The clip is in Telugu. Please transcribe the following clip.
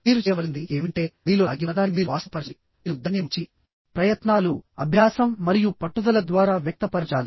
మీరు చేయవలసింది ఏమిటంటేమీలో దాగి ఉన్నదాన్ని మీరు వాస్తవపరచాలిమీరు దానిని మంచి ప్రయత్నాలుఅభ్యాసం మరియు పట్టుదల ద్వారా వ్యక్తపరచాలి